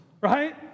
Right